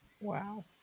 wow